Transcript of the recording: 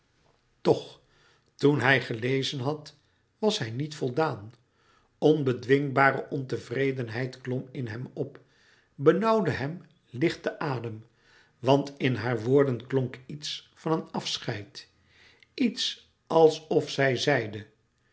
toch toen hij gelezen had was hij niet voldaan onbedwingbare ontevredenheid klom in hem op benauwde hem licht den adem want in haar woorden klonk iets van een afscheid iets alsof zij zeide